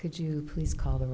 could you please call the